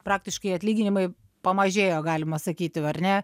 praktiškai atlyginimai pamažėjo galima sakyti ar ne